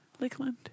Lakeland